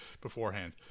beforehand